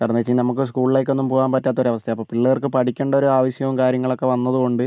കാരണമെന്താണെന്ന് വെച്ച് കഴിഞ്ഞാൽ നമുക്ക് സ്കൂളിലേക്കൊന്നും പോകാൻ പറ്റാത്ത ഒരവസ്ഥയാണ് പിള്ളേർക്ക് പഠിക്കേണ്ട ഒരാവശ്യവും കാര്യങ്ങളൊക്കെ വന്നതുകൊണ്ട്